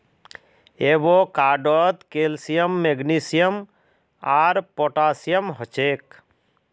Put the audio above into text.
एवोकाडोत calcium magnesium आर potassium हछेक